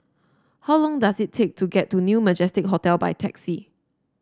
how long does it take to get to New Majestic Hotel by taxi